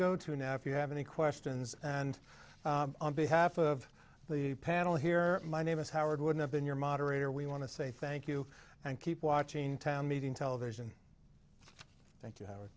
go to now if you have any questions and on behalf of the panel here my name is howard would have been your moderator we want to say thank you and keep watching town meeting television thank you ho